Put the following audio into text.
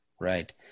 Right